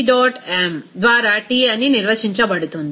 m ద్వారా T అని నిర్వచించబడుతుంది